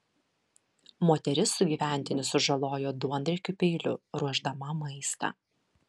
moteris sugyventinį sužalojo duonriekiu peiliu ruošdama maistą